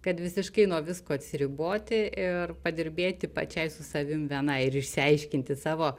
kad visiškai nuo visko atsiriboti ir padirbėti pačiai su savim vienai ir išsiaiškinti savo